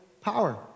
power